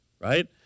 right